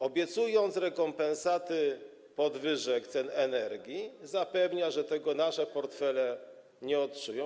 Obiecując rekompensaty podwyżek cen energii, zapewnia, że tego nasze portfele nie odczują.